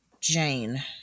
jane